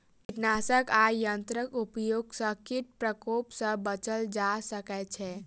कीटनाशक आ यंत्रक उपयोग सॅ कीट प्रकोप सॅ बचल जा सकै छै